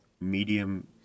medium